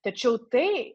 tačiau tai